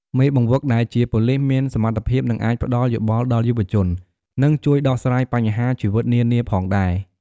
មេបង្វឹកដែលជាប៉ូលីសមានសមត្ថភាពនិងអាចផ្ដល់យោបល់ដល់យុវជន និងជួយដោះស្រាយបញ្ហាជីវិតនានាផងដែរ។